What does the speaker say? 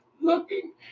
Looking